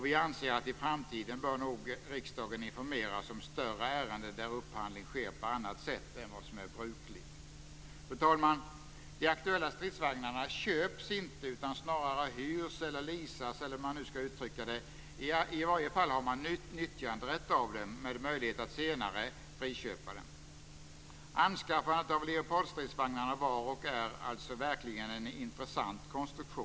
Vi anser att i framtiden bör riksdagen informeras om större ärenden där upphandling sker på annat sätt än vad som är brukligt. Fru talman! De aktuella stridsvagnarna köps inte utan snarare hyrs eller leasas, eller hur man nu skall uttrycka det, i varje fall har man nyttjanderätt av dem med möjlighet att senare friköpa dem. Anskaffandet av Leopardstridsvagnarna var och är alltså verkligen en intressant konstruktion.